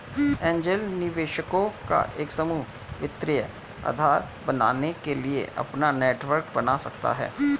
angel निवेशकों का एक समूह वित्तीय आधार बनने के लिए अपना नेटवर्क बना सकता हैं